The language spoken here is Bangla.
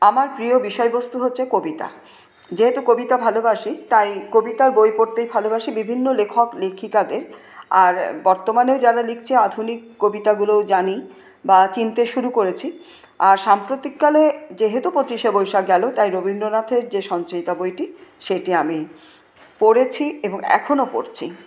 আমার প্রিয় বিষয়বস্তু হচ্ছে কবিতা যেহেতু কবিতা ভালোবাসি তাই কবিতার বই পড়তেই ভালোবাসি বিভিন্ন লেখক লিখিকাদের আর বর্তমানে যারা লিখছে আধুনিক কবিতাগুলো জানি বা চিনতে শুরু করেছি আর সাম্প্রতিকালে যেহেতু পঁচিশে বৈশাখ গেল তাই রবীন্দ্রনাথের যে সঞ্চয়িতা বইটি সেটি আমি পড়েছি এবং এখনো পড়ছি